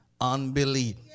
Unbelief